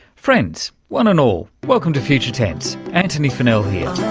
friends one and all, welcome to future tense, antony funnell here.